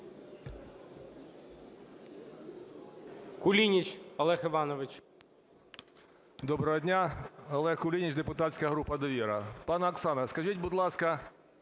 Доброго дня! Олег Кулініч, депутатська група "Довіра". Пані Оксано, скажіть, будь ласка,